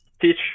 teach